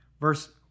verse